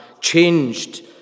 changed